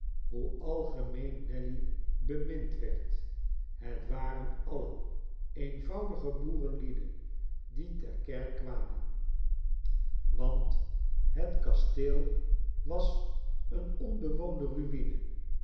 hoe algemeen nelly bemind werd het waren alien eenvoudige boerenlieden die ter kerk kwamen nelly want het kasteel was eene onbewoonde ru'ine